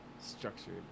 structured